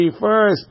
first